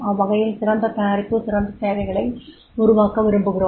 அவ்வகையில் சிறந்த தயாரிப்பு சிறந்த சேவைகளை உருவாக்க விரும்புகிறோம்